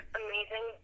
amazing